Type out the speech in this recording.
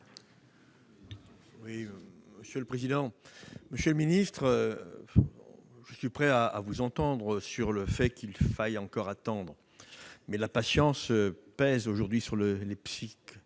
explication de vote. Monsieur le ministre, je suis prêt à vous entendre sur le fait qu'il faille encore attendre. Mais la patience pèse aujourd'hui sur l'état psychique